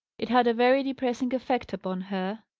it had a very depressing effect upon her.